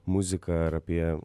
muziką ar apie